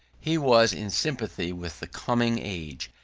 he was in sympathy with the coming age,